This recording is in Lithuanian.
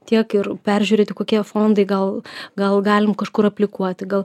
tiek ir peržiūrėti kokie fondai gal gal galim kažkur aplikuoti gal